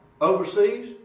Overseas